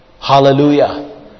Hallelujah